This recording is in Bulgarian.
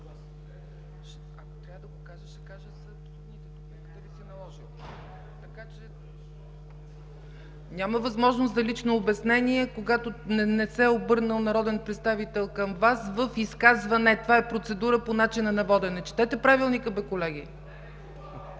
Няма възможност за лично обяснение, когато не се е обърнал народен представител към Вас в изказване. Това е процедура по начина на водене. Четете Правилника, колеги!